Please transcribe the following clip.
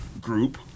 group